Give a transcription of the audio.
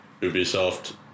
Ubisoft